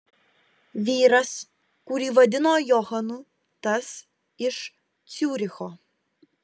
vyras kurį vadino johanu tas iš ciuricho